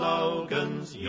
Logan's